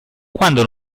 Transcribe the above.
quando